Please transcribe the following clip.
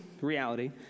reality